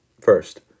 first